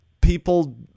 People